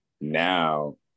now